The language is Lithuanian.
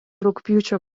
rugpjūčio